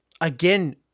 again